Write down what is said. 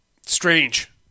Strange